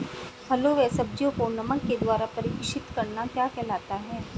फलों व सब्जियों को नमक के द्वारा परीक्षित करना क्या कहलाता है?